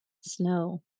snow